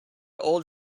old